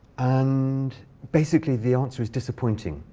and basically, the answer is disappointing.